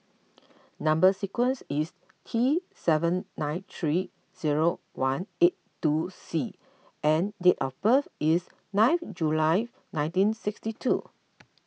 Number Sequence is T seven nine three zero one eight two C and date of birth is nine July nineteen sixty two